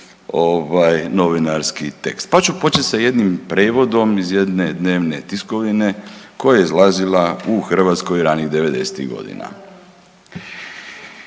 novinarski tekst, pa ću početi s jednim prijevodom iz jedne dnevne tiskovine koja je izlazila u Hrvatskoj ranih '90.-tih godina.